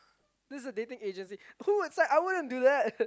this is a dating agency who would it's like I wouldn't do that